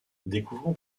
découvrant